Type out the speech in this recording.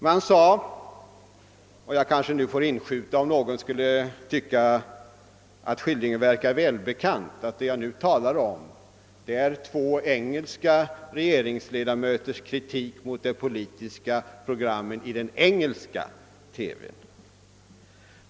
Man sade — jag vill inskjuta om någon skulle tycka att skildringen verkar välbekant att jag talar om två engelska regeringsledamöters kritik av politiska program i engelsk TV.